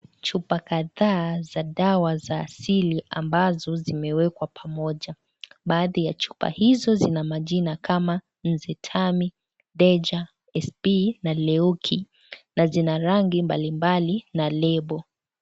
Chupa kadhaa za dawa za asili ambazo zimewekwa pamoja. Baadhi ya chupa hizo zina majina kama Nzegambi, Deja, sp na Leoki na zina rangi mbalimbali na lebo.